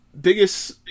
biggest